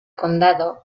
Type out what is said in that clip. condado